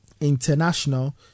international